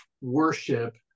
worship